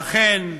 לכן,